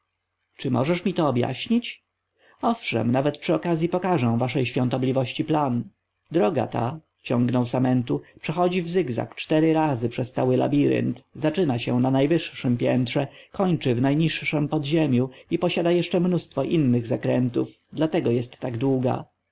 możesz mi to objaśnić owszem nawet przy okazji pokażę waszej świątobliwości plan droga ta ciągnął samentu przechodzi w zygzak cztery razy przez cały labirynt zaczyna się na najwyższem piętrze kończy się w najniższem podziemiu i posiada jeszcze mnóstwo innych zakrętów dlatego jest tak długa